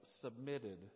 submitted